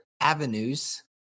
avenues